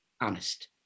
honest